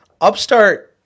Upstart